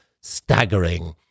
staggering